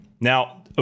now